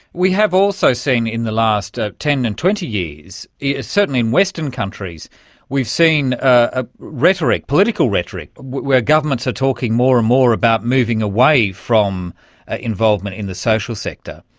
we have also seen in the past ah ten and twenty years yeah certainly in western countries we've seen ah rhetoric, political rhetoric, where governments are talking more and more about moving away from ah involvement in the social sector,